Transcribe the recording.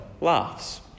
laughs